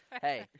hey